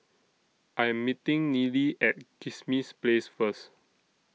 I Am meeting Neely At Kismis Place First